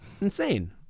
Insane